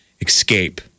escape